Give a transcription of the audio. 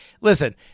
Listen